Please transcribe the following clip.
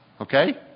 Okay